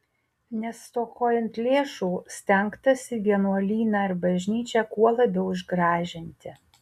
nestokojant lėšų stengtasi vienuolyną ir bažnyčią kuo labiau išgražinti